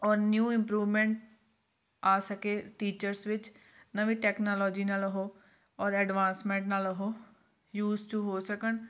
ਔਰ new improvement ਆ ਸਕੇ ਟੀਚਰਸ ਵਿੱਚ ਨਵੀਂ ਟੈਕਨਾਲੋਜੀ ਨਾਲ ਉਹ ਔਰ ਐਡਵਾਂਸਮੈਂਟ ਨਾਲ ਉਹ ਯੂਜ ਟੂ ਹੋ ਸਕਣ